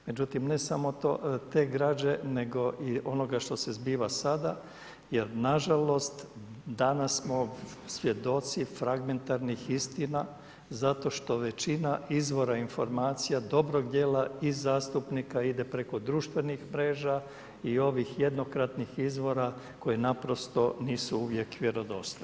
Međutim ne samo te građe i onoga što se zbiva sada jer nažalost danas smo svjedoci fragmentarnih istina zato što većina izvora informacija dobrog djela i zastupnika ide preko društvenih mreža i ovih jednokratnih izvora koje naprosto uvijek vjerodostojni.